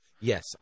Yes